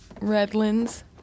Redlands